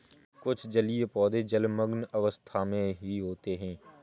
कुछ जलीय पौधे जलमग्न अवस्था में भी होते हैं